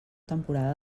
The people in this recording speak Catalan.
temporada